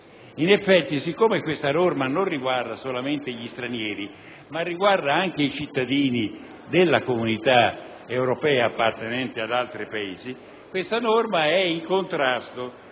In effetti, siccome questa norma non riguarda solamente gli stranieri, ma anche i cittadini della Comunità europea appartenenti ad altri Paesi, è in contrasto